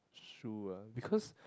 true lah because